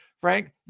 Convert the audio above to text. Frank